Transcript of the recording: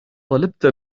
طلبت